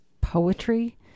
poetry